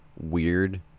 weird